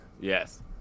Yes